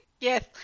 Yes